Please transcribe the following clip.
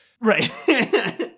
Right